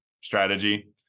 strategy